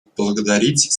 поблагодарить